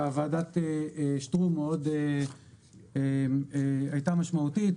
ועדת שטרום מאוד היתה משמעותית.